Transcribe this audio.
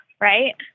right